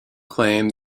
claim